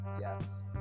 Yes